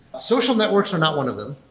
social networks are not one of them.